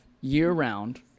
year-round